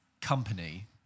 company